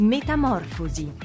Metamorfosi